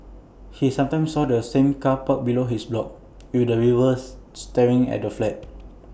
he sometimes saw the same car parked below his block with the rivers staring at their flat